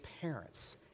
parents